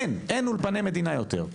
אין אולפני מדינה יותר.